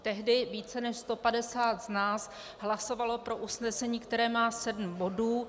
Tehdy více než 150 z nás hlasovalo pro usnesení, které má sedm bodů.